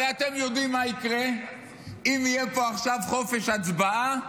הרי אתם יודעים מה יקרה אם יהיה פה עכשיו חופש הצבעה